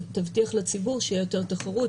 והרפורמה של בנקאות פתוחה תבטיח לציבור שתהיה יותר תחרות,